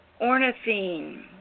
Ornithine